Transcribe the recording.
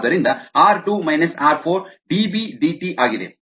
ಆದ್ದರಿಂದ R 2 minus R 4 dB dt ಆಗಿದೆ